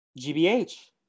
GBH